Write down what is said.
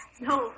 No